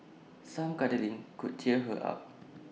some cuddling could cheer her up